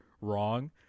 wrong